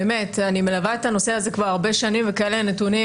אני מלווה את הנושא הזה כבר הרבה שנים וכאלה נתונים